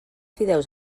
fideus